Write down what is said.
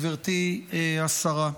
גברתי השרה,